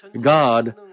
God